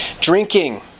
Drinking